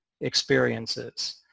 experiences